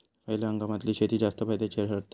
खयल्या हंगामातली शेती जास्त फायद्याची ठरता?